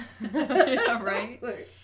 right